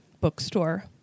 bookstore